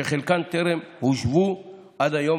שחלקן טרם הושבו עד היום,